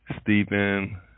Stephen